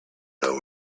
know